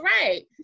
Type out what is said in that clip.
right